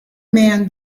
man